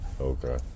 Okay